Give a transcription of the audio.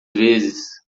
vezes